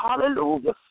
hallelujah